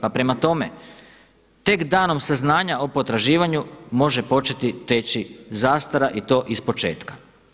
Pa prema tome, tek danom saznanja o potraživanju može početi teći zastara i to iz početka.